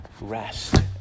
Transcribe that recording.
rest